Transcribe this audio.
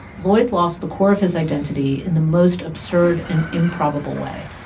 lloyd lost the core of his identity in the most absurd and improbable way.